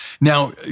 Now